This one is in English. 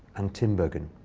and tinbergen.